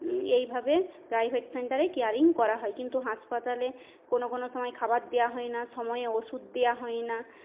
এইভাবে প্রাইভেট সেন্টারে কেয়ারিং করা হয় কিন্তু হাসপাতালে কোনো কোনো সময় খাবার দেওয়া হয় না সময়ে ওষুধ দেওয়া হয় না